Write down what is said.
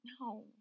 no